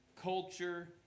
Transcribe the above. Culture